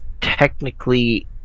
technically